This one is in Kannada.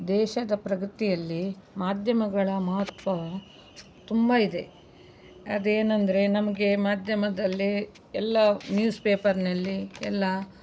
ದೇಶದ ಪ್ರಗತಿಯಲ್ಲಿ ಮಾಧ್ಯಮಗಳ ಮಹತ್ವ ತುಂಬ ಇದೆ ಅದೇನೆಂದ್ರೆ ನಮಗೆ ಮಾಧ್ಯಮದಲ್ಲಿ ಎಲ್ಲ ನ್ಯೂಸ್ ಪೇಪರಿನಲ್ಲಿ ಎಲ್ಲ